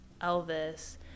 Elvis